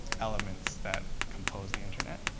elements that compose the internet.